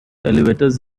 elevators